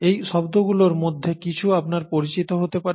এই শব্দগুলোর মধ্যে কিছু আপনার পরিচিত হতে পারে